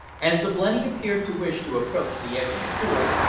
as the blenny appeared to wish to approach the edge of the pool,